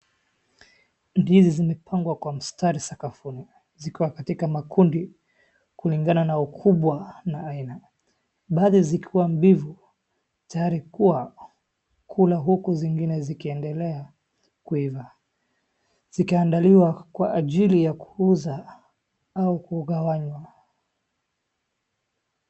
Ndizi zimepangwa kwa mstari sakafuni zikiwa katika makundi kulingana na ukubwa na aina. Baadhi zikiwa mbivu tayari kwa kula huzu zingine zikiendelea kuiva. Zikiandaliwa kwa ajili ya kuuza au kugawanywa.